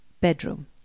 bedroom